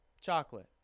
Chocolate